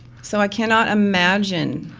so i cannot imagine